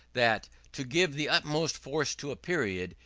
that to give the utmost force to a period,